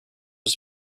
was